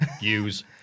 Use